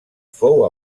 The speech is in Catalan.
fou